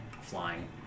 flying